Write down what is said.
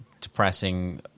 depressing